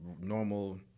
normal